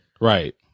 right